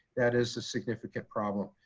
that is a significant problem.